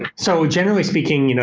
and so generally speaking, you know